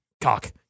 Cock